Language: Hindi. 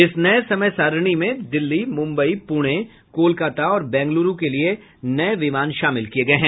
इस नये समय सारिणी में दिल्ली मुम्बई पुणे कोलकाता और बेग्लूरू के लिए नये विमान शामिल किये गये हैं